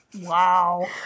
Wow